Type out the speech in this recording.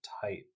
tight